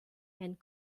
and